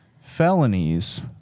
felonies